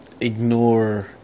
ignore